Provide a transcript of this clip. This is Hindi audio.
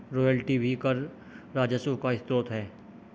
रॉयल्टी भी कर राजस्व का स्रोत है